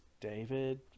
David